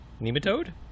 Nematode